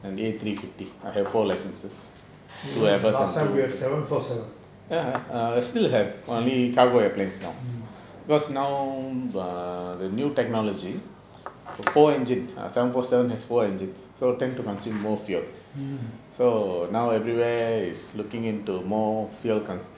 last time we have seven four seven